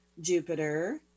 Jupiter